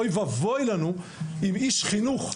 אוי ואבוי לנו אם איש חינוך,